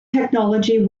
technology